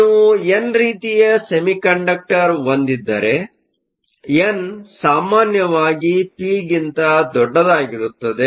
ನೀವು ಎನ್ ರೀತಿಯ ಸೆಮಿಕಂಡಕ್ಟರ್ ಹೊಂದಿದ್ದರೆ ಎನ್ ಸಾಮಾನ್ಯವಾಗಿ ಪಿ ಗಿಂತ ದೊಡ್ಡದಾಗಿರುತ್ತದೆ